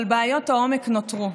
אבל בעיות העומק נותרו,